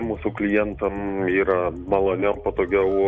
mūsų klientam yra maloniau patogiau